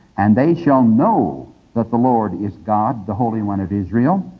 and they shall know that the lord is god, the holy one of israel.